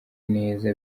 neza